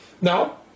now